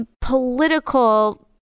political